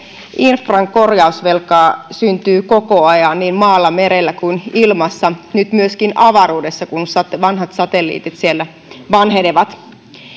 infran korjausvelkaa syntyy koko ajan niin maalla merellä kuin ilmassa nyt myöskin avaruudessa kun vanhat satelliitit siellä vanhenevat